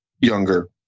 younger